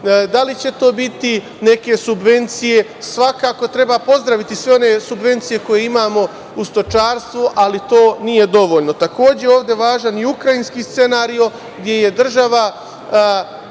da li će to biti neke subvencije. Svakako treba pozdraviti sve one subvencije koje imamo u stočarstvu, ali to nije dovoljno. Takođe, ovde važan i ukrajinski scenario, gde je država